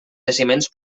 jaciments